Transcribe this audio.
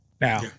now